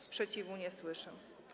Sprzeciwu nie słyszę.